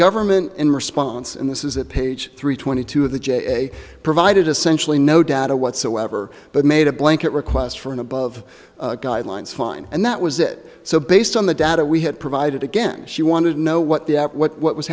government in response and this is at page three twenty two of the j provided essentially no data whatsoever but made a blanket request for an above guidelines fine and that was it so based on the data we had provided again she wanted to know what the at what what was